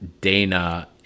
Dana